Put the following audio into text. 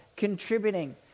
contributing